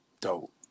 Dope